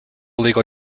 legal